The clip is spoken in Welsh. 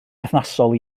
berthnasol